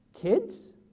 Kids